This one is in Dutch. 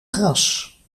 gras